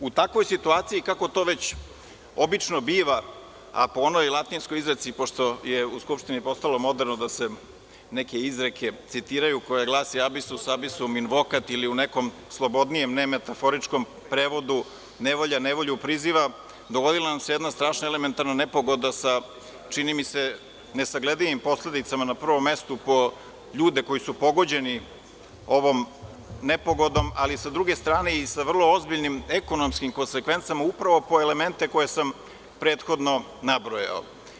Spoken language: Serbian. U takvoj situaciji kako to već obično biva, a po onoj latinskoj izreci, pošto je u Skupštini postalo moderno da se neke izreke citiraju, koja glasi „abisus abisum invocat“ ili u nekome slobodnijem nemetaforičkom prevodu – nevolja nevolju priziva, dogodila nam se jedna strašna elementarna nepogoda sa, čini mi se, nesagledivim posledicama, na prvom mestu po ljude koji su pogođeni ovom nepogodom, ali sa druge strane i sa vrlo ozbiljnim ekonomskim konsekvencama upravo po elemente koje sam prethodno nabrojao.